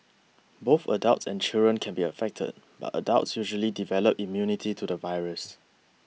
both adults and children can be affected but adults usually develop immunity to the virus